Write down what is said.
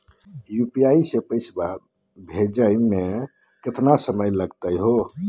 UPI स पैसवा भेजै महिना केतना समय लगही हो?